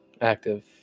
active